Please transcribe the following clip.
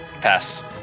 Pass